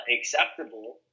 acceptable